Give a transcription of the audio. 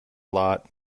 lot